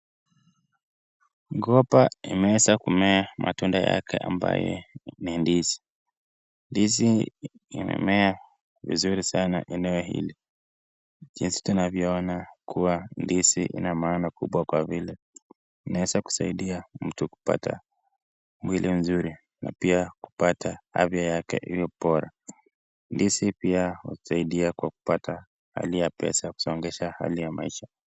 Mgomba imeweza kumea matunda yake ambaye ni ndizi. Ndizi imemea vizuri saana eneo hili jinsi tunavyoona kuwa ndizi ina maana kubwa kwa vile: inaweza kusaidia mtu kupata mwili mzuri na pia kupata afya yake iwe bora. Ndizi pia husaidia kupata hali ya pesa kusongesha hali ya maisha